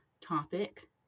topic